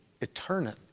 eternal